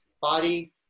body